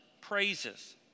praises